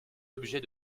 l’objet